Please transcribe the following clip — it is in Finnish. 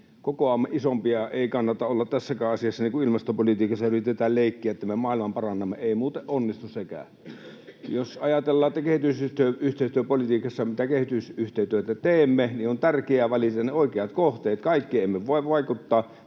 kokoaan isompi tässäkään asiassa, niin kuin ilmastopolitiikassa yritetään leikkiä, että me maailman parannamme. Ei muuten onnistu sekään. Jos ajatellaan, että siinä kehitysyhteistyöpolitiikassa, mitä kehitysyhteistyötä teemme, on tärkeää valita ne oikeat kohteet, niin kaikkeen emme voi vaikuttaa,